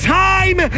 time